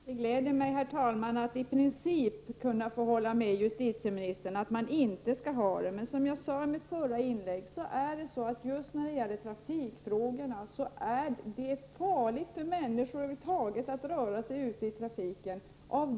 Herr talman! Det gläder mig, herr talman, att i princip kunna hålla med justitieministern om att man inte skall ha en portalparagraf. Men som jag sade i mitt förra inlägg är det över huvud taget farligt för människor att röra sig ute i trafiken.